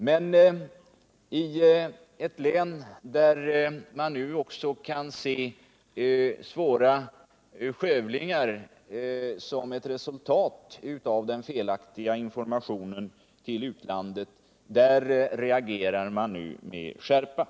Men i de län där man nu också kan se svåra skövlingar som ett resultat av den felaktiga informationen till utlandet reagerar man nu med skärpa.